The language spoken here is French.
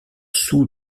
sous